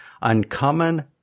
Uncommon